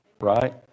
right